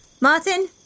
Martin